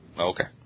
Okay